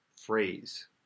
phrase